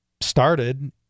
started